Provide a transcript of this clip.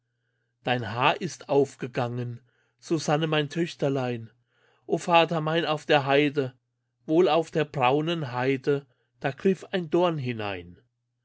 dein haar ist aufgegangen susanne mein töchterlein o vater mein auf der heide wohl auf der braunen heide da griff ein dorn hinein